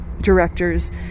directors